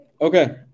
Okay